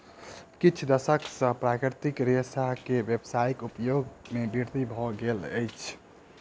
किछ दशक सॅ प्राकृतिक रेशा के व्यावसायिक उपयोग मे वृद्धि भेल अछि